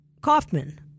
Kaufman